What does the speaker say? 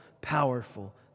powerful